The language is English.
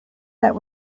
that